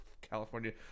California